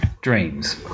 Dreams